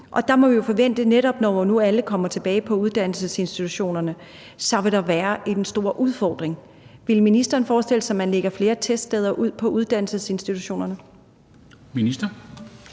Og vi må jo forvente, netop når alle kommer tilbage på uddannelsesinstitutionerne, at der så vil være en stor udfordring. Kan ministeren forestille sig, at man opretter flere teststeder ude på uddannelsesinstitutionerne?